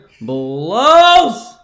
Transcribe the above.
blows